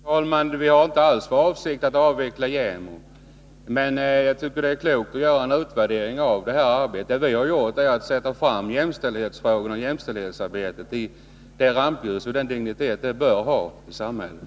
Herr talman! Vi har inte alls för avsikt att avveckla jämställdhetsombudsmannen, men det är klokt att göra en utvärdering av arbetet. Vi har tagit fram jämställdhetsarbetet i rampljuset och gett det den dignitet det bör ha i samhället.